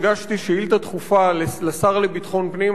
הגשתי שאילתא דחופה לשר לביטחון פנים,